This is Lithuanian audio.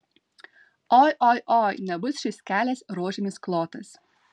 oi oi oi nebus šis kelias rožėmis klotas